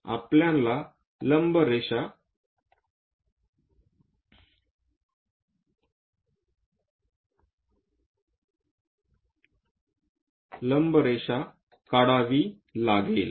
आपल्याला लंब रेषा काढावी लागेल